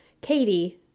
Katie